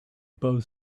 both